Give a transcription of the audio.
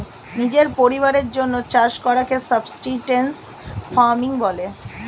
নিজের পরিবারের জন্যে চাষ করাকে সাবসিস্টেন্স ফার্মিং বলে